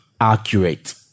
accurate